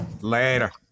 Later